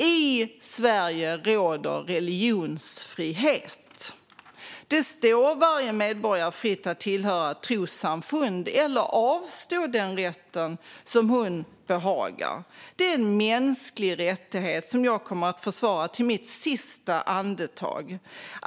I Sverige råder religionsfrihet. Det står varje medborgare fritt att tillhöra trossamfund eller avstå från den rätten som hon behagar. Det är en mänsklig rättighet som jag kommer att försvara till mitt sista andetag.